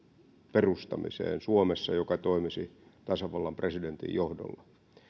perustamiseen suomessa joka toimisi tasavallan presidentin johdolla